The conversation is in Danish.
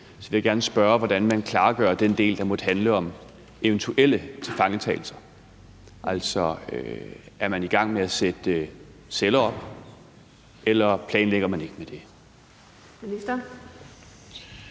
vil jeg gerne spørge, hvordan man klargør den del, der måtte handle om eventuelle tilfangetagelser. Er man i gang med at sætte celler op, eller planlægger man ikke med det?